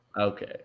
Okay